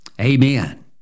Amen